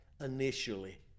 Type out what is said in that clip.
initially